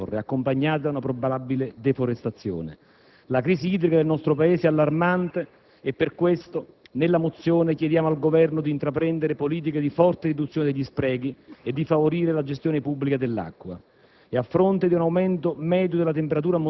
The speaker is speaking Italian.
allo spostamento verso Nord dell'anticiclone delle Azzorre, accompagnati da una probabile deforestazione. La crisi idrica del nostro Paese è allarmante e per questo nella mozione chiediamo al Governo di intraprendere politiche forti di riduzione degli sprechi e di favorire la gestione pubblica dell'acqua.